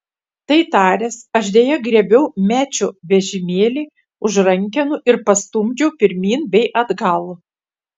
tai taręs aš deja griebiau mečio vežimėlį už rankenų ir pastumdžiau pirmyn bei atgal